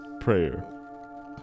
prayer